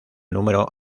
número